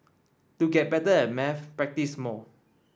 to get better at maths practise more